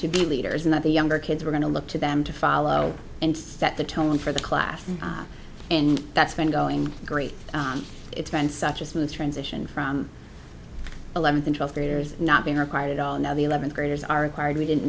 to be leaders and that the younger kids were going to look to them to follow and set the tone for the class and that's been going great it's been such a smooth transition from the eleventh and twelfth graders not being required at all now the eleventh graders are required we didn't